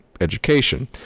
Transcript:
education